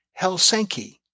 Helsinki